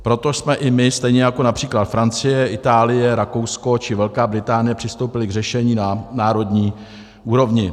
Proto jsme i my, stejně jako například Francie, Itálie, Rakousko či Velká Británie, přistoupili k řešení na národní úrovni.